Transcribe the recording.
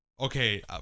okay